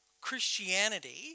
Christianity